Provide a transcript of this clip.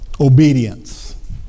Obedience